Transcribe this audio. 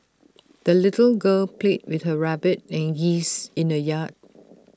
the little girl played with her rabbit and geese in the yard